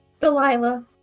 Delilah